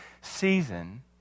season